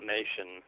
Nation